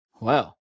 Wow